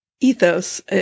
ethos